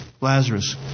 Lazarus